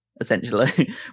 Essentially